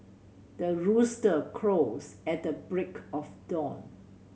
the rooster crows at the break of dawn